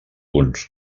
punts